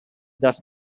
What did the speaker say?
thus